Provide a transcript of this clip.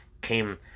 came